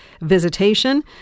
visitation